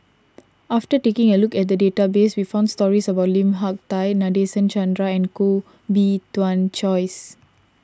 after taking a look at the database we found stories about Lim Hak Tai Nadasen Chandra and Koh Bee Tuan Joyce